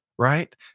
right